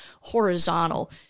horizontal